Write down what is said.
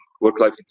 work-life